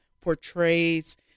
portrays